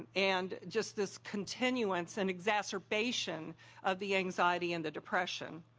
and and just this continuance and exacerbation of the anxiety and the depression.